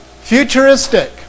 Futuristic